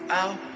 out